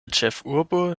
ĉefurbo